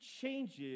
changes